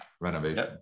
renovation